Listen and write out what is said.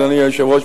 אדוני היושב-ראש,